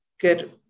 good